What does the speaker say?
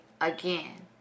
again